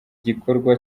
gikorwa